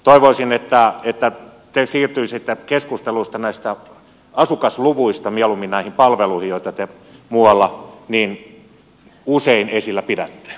toivoisin että te siirtyisitte keskusteluista näistä asukasluvuista mieluummin näihin palveluihin joita te muualla niin usein esillä pidätte